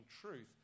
truth